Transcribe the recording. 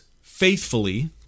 faithfully